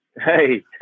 Hey